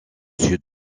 sud